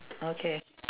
okay